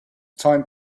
time